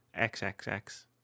XXX